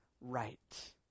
Right